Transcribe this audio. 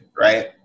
right